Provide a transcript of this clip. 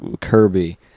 Kirby